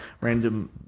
random